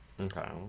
Okay